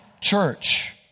church